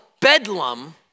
bedlam